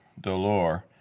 Dolor